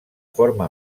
forma